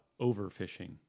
overfishing